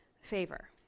favor